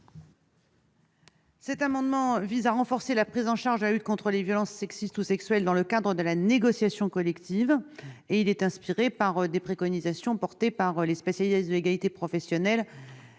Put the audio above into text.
Cet amendement vise à renforcer la prise en charge de la lutte contre les violences sexistes ou sexuelles dans le cadre de la négociation collective. Il est inspiré par des préconisations portées par des spécialistes de l'égalité professionnelle,